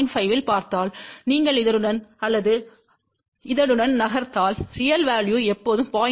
5 இல் பார்த்தால் நீங்கள் இதனுடன் அல்லது இதனுடன் நகர்ந்தால் ரியல் வேல்யு எப்போதும் 0